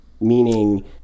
Meaning